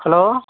hello